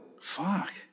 Fuck